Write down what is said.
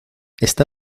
está